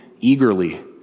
eagerly